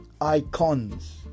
icons